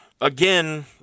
again